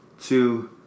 two